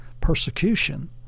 persecution